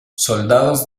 soldados